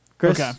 Chris